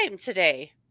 today